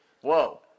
Whoa